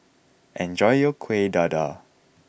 enjoy your Kuih Dadar